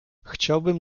chciałbym